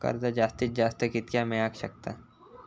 कर्ज जास्तीत जास्त कितक्या मेळाक शकता?